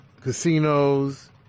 casinos